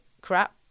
crap